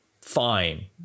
fine